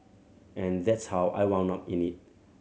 and that's how I wanna up in it